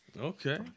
Okay